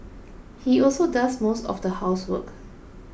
he also does most of the housework